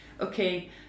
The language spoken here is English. okay